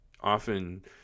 often